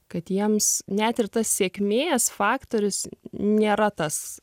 kad jiems net ir tas sėkmės faktorius nėra tas